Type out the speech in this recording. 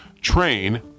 train